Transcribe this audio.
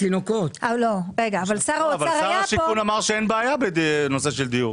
שר השיכון אמר שאין בעיה בנושא של הדיור.